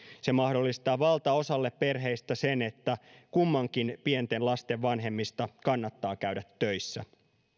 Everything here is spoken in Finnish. se mahdollistaa valtaosalle perheistä sen että kummankin pienten lasten vanhemmista kannattaa käydä töissä